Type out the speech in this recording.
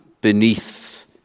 beneath